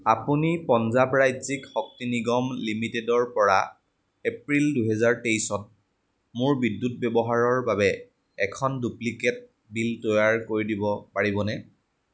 আপুনি পঞ্জাৱ ৰাজ্যিক শক্তি নিগম লিমিটেডৰপৰা এপ্ৰিল দুহেজাৰ তেইছত মোৰ বিদ্যুৎ ব্যৱহাৰৰ বাবে এখন ডুপ্লিকেট বিল তৈয়াৰ কৰি দিব পাৰিবনে